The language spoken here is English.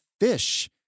Fish